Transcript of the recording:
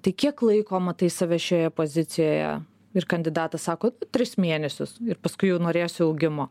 tai kiek laiko matai save šioje pozicijoje ir kandidatas sako tris mėnesius ir paskui jau norėsiu augimo